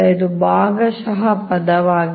ಇದು ಭಾಗಶಃ ಪದವಾಗಿದೆ